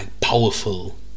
powerful